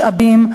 משאבים,